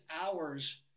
hours